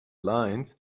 lines